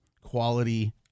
quality